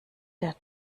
der